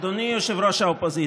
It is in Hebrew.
אדוני ראש האופוזיציה,